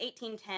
1810